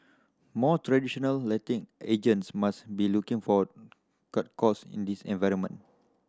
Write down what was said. more traditional letting agents must be looking for cut costs in this environment